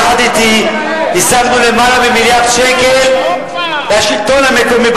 יחד אתי השגנו למעלה ממיליארד שקל לשלטון המקומי,